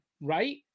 Right